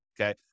okay